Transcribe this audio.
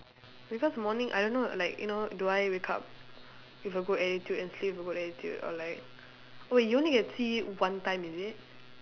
because morning I don't know like you know do I wake up with a good attitude and sleep with a good attitude or like wait you only can see one time is it